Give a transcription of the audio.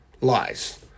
lies